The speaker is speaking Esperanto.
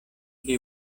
pli